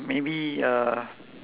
maybe uh